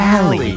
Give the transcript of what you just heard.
Alley